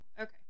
Okay